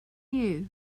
you